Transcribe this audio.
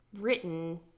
written